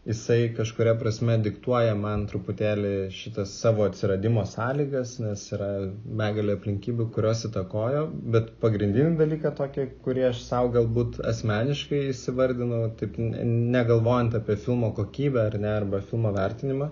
jisai kažkuria prasme diktuoja man truputėlį šitas savo atsiradimo sąlygas nes yra begalė aplinkybių kurios įtakojo bet pagrindinį dalyką tokį kurį aš sau galbūt asmeniškai įsivardinau taip ne negalvojant apie filmo kokybę ar ne arba filmo vertinimą